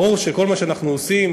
ברור שכל מה שאנחנו עושים,